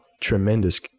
tremendous